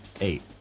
Eight